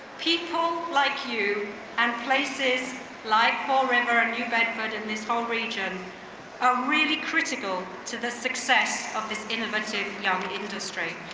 people like you and places like fall river, and new bedford in this whole region are really critical to the success of this innovative young industry.